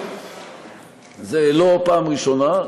זו לא הפעם הראשונה.